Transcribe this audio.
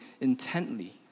intently